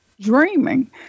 dreaming